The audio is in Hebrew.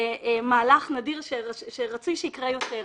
מהלך נדיר שרצוי שיקרה יותר.